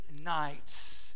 nights